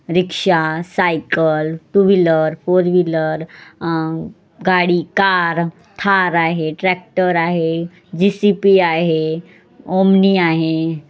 रिक्षा cycle two wheeler four wheeler गाडी car Thar आहे tractor आहे जी सी पी आहे ओमनी आहे